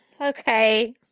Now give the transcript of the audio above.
okay